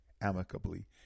amicably